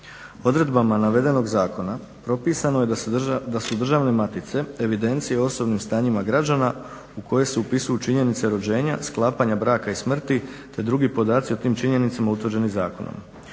Odredbama navedenog zakona propisano je da su državne matice evidencije o osobnim stanjima građana u koje se upisuju činjenice rođenja, sklapanja braka i smrti, te drugi podaci o tim činjenicama utvrđeni zakonom.